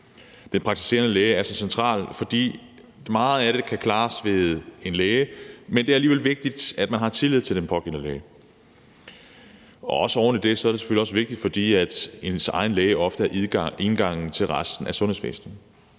Den praktiserende læge er så central, for meget kan klares ved en læge, men det er alligevel vigtigt, at man har tillid til den pågældende læge. Oven i det er det selvfølgelig også vigtigt, fordi ens egen læge ofte er indgangen til resten af sundhedsvæsenet.